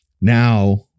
Now